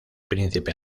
príncipe